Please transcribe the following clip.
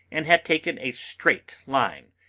and had taken a straight line,